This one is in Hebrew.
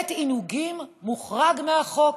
בית עינוגים מוחרג מהחוק.